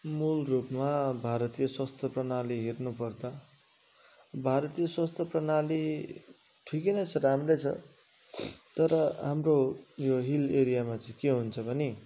मूल रूपमा भारतीय स्वास्थ्य प्रणाली हेर्नु पर्दा भारतीय स्वास्थ्य प्रणाली ठिकै नै छ राम्रो छ तर हाम्रो यो हिल एरियामा चाहिँ के हुन्छ भने